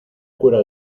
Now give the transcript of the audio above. cura